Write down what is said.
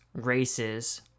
races